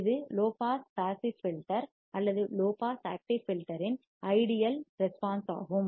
இது low pass passive filter அல்லது low pass active filter in ideal பதிலாகும் response ஆகும்